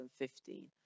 2015